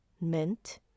mint